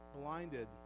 blinded